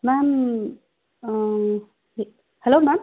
ma'am hel hello ma'am